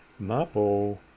MAPO